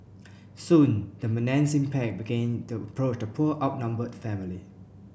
soon the menacing pack began to approach the poor outnumbered family